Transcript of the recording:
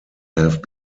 have